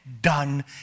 done